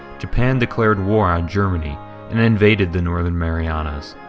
japan declared war on germany and invaded the northern marianas.